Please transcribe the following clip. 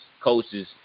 coaches